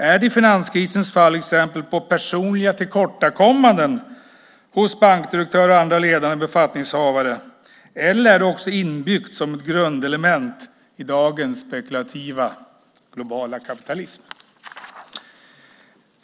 Är det i finanskrisens fall exempel på personliga tillkortakommanden hos bankdirektörer och andra ledande befattningshavare eller är det också inbyggt som grundelement i dagens spekulativa, globala kapitalism?